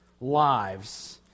lives